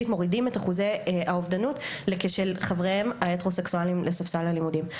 מורידים את אחוזי האובדנות לכשל חבריהם ההטרוסקסואליים לספסל הלימודים.